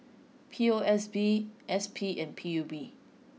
P O S B S P and P U B